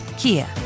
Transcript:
Kia